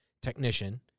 technician